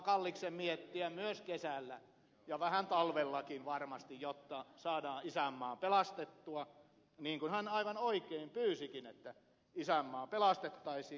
kalliksen miettiä myös kesällä ja vähän talvellakin varmasti jotta saadaan isänmaa pelastettua niin kuin hän aivan oikein pyysikin että isänmaa pelastettaisiin